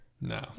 No